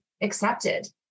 accepted